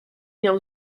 nią